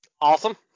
Awesome